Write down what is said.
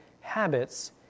habits